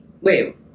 wait